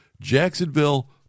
Jacksonville